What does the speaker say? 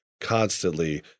constantly